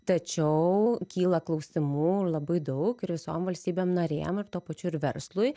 tačiau kyla klausimų labai daug ir visom valstybėm narėm ir tuo pačiu ir verslui